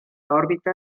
òrbita